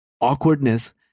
awkwardness